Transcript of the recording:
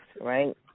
right